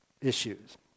issues